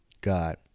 God